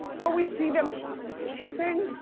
will we see them kissing?